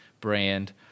brand